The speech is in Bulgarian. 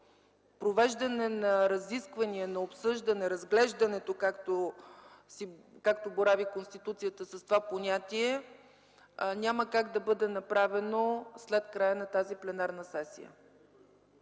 провеждане на разискване, на обсъждане, разглеждането, както борави Конституцията с това понятие, няма как да бъде направено след края на тази пленарна сесия.